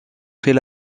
fait